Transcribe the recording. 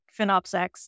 FinOpsX